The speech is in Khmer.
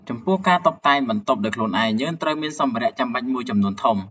ចំពោះ ការតុបតែងបន្ទប់ដោយខ្លួនឯង យើងត្រូវមានសម្ភារៈចំបាច់មួយចំនួនធំ។